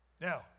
Now